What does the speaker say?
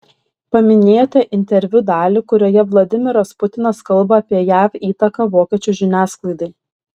paminėjote interviu dalį kurioje vladimiras putinas kalba apie jav įtaką vokiečių žiniasklaidai